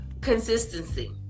consistency